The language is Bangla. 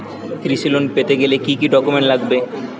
কৃষি লোন পেতে গেলে কি কি ডকুমেন্ট লাগবে?